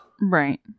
Right